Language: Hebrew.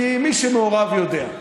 כי מי שמעורב יודע.